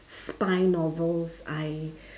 spying all those I